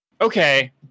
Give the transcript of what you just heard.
Okay